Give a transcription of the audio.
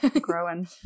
growing